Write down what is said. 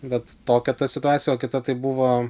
bet tokia ta situacija o kita tai buvo